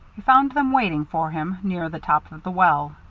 he found them waiting for him near the top of the well.